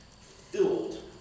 filled